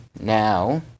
Now